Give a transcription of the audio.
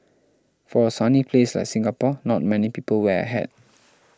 for a sunny place like Singapore not many people wear a hat